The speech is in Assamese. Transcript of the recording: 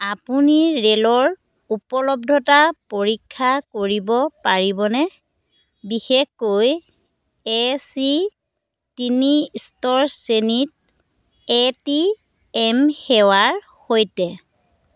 আপুনি ৰে'লৰ উপলব্ধতা পৰীক্ষা কৰিব পাৰিবনে বিশেষকৈ এ চি তিনি স্তৰ শ্ৰেণীত এ টি এম সেৱাৰ সৈতে